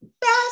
Best